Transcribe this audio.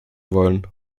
wollen